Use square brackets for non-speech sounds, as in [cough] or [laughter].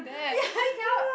ya [laughs] I cannot